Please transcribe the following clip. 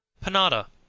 Panada